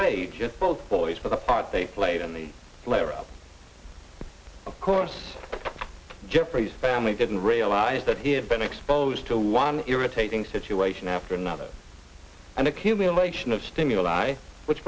at both boys for the part they played in the flare ups of course jeffrey's family didn't realize that he had been exposed to one irritating situation after another and accumulation of stimuli which